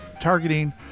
targeting